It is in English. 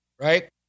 Right